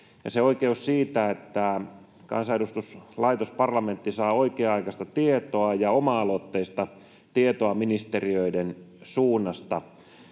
ja oikeus siihen, että kansanedustuslaitos, parlamentti, saa oikea-aikaista tietoa ja oma-aloitteista tietoa ministeriöiden suunnasta